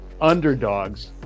underdogs